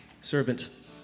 Servant